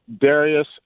Darius